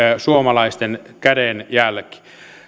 suomalaisten kädenjälki